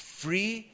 free